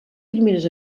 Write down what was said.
primeres